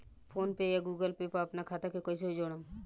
PhonePe या Google Pay पर अपना खाता के कईसे जोड़म?